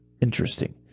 Interesting